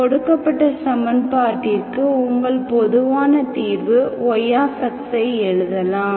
கொடுக்கப்பட்ட சமன்பாட்டிற்கு உங்கள் பொதுவான தீர்வு y ஐ எழுதலாம்